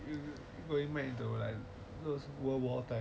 you going back to like those world war times